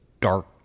dark